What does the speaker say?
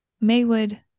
Maywood